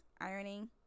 ironing